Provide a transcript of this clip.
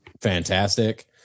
Fantastic